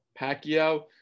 Pacquiao